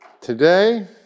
Today